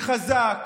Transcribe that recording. חזק